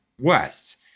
West